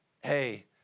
hey